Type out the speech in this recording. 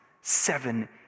Seven